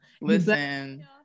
listen